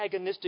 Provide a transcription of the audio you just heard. agonistic